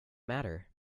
matter